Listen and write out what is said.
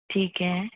ਠੀਕ ਹੈ